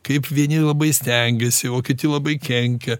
kaip vieni labai stengiasi o kiti labai kenkia